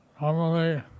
normally